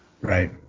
Right